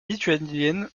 lituanienne